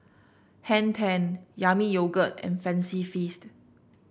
Hang Ten Yami Yogurt and Fancy Feast